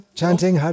chanting